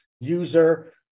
user